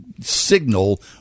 signal